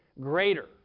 greater